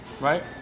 Right